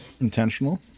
intentional